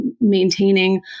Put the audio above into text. maintaining